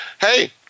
hey